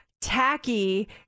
tacky